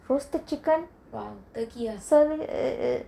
roasted chicken serve it eh eh